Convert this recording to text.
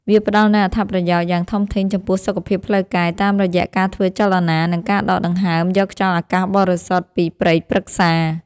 វាផ្ដល់នូវអត្ថប្រយោជន៍យ៉ាងធំធេងចំពោះសុខភាពផ្លូវកាយ តាមរយៈការធ្វើចលនា និងការដកដង្ហើមយកខ្យល់អាកាសបរិសុទ្ធពីព្រៃព្រឹក្សា។